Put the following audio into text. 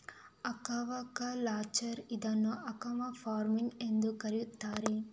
aquaculture ಇದನ್ನು aquafarming ಎಂದೂ ಕರೆಯುತ್ತಾರೆ